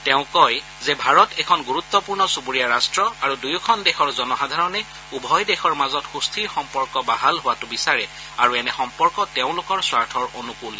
তেওঁ কয় যে ভাৰত এখন গুৰুত্বপূৰ্ণ চূবুৰীয়া ৰাষ্ট আৰু দুয়োখন দেশৰ জনসাধাৰণে উভয় দেশৰ মাজত সুস্থিৰ সম্পৰ্ক বাহাল হোৱাটো বিচাৰে আৰু এনে সম্পৰ্ক তেওঁলোকৰ স্বাৰ্থৰ অনুকুল